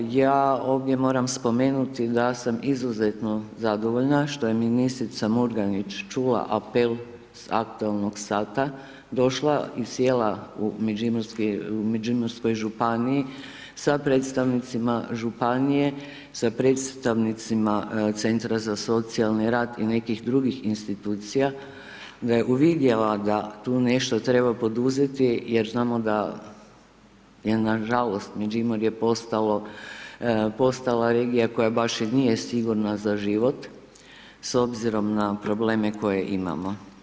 Ja ovdje moram spomenuti da sam izuzetno zadovoljna što je ministrica Murganić čula apel s aktualnog sata, došla i sjela u Međimurskoj županiji sa predstavnicima županije, sa predstavnicima centra za socijalni rad i nekih drugih institucija, da je uvidjela da tu nešto treba poduzeti jer znamo da je nažalost Međimurje postalo, postala regija koja baš i nije sigurna za život s obzirom na probleme koje imamo.